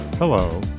Hello